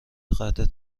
قطعه